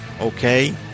okay